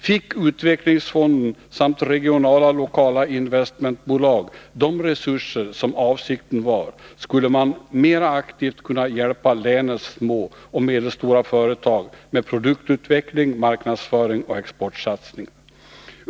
Finge utvecklingsfonden samt regionala och lokala investmentbolag de avsedda resurserna, skulle man mera aktivt kunna hjälpa länets små och medelstora företag med produktutveckling, marknadsföring och exportsatsning.